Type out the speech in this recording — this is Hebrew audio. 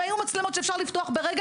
אם היו מצלמות שהיה אפשר לפתוח ברגע,